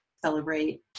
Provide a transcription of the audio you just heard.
celebrate